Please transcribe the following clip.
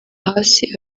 hasi